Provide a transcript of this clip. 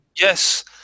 yes